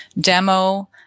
demo